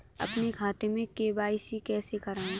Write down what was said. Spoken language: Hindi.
अपने खाते में के.वाई.सी कैसे कराएँ?